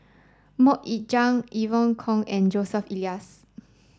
Mok Ying Jang Evon Kow and Joseph Elias